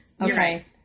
Okay